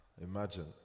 Imagine